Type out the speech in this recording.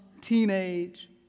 teenage